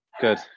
Good